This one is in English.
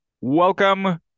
welcome